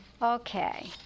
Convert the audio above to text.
Okay